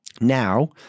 now